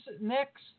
next